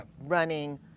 running